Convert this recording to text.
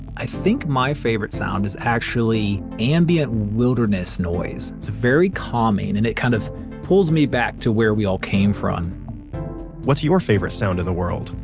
i think my favorite sound is actually ambient wilderness noise. it's very calming and it kind of pulls me back to where we all came from what's your favorite sound in the world?